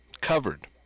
Covered